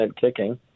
kicking